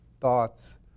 thoughts